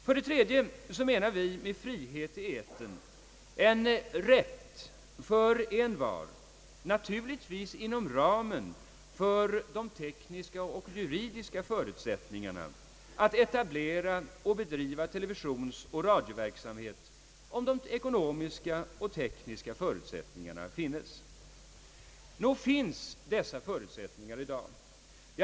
För det tredje menar vi med frihet i etern en rätt för en var — naturligtvis inom ramen för de tekniska och juridiska förutsättningarna — att eta blera och bedriva televisionsoch radioverksamhet om de ekonomiska och tekniska förutsättningarna förefinns. Finns dessa förutsättningar i dag?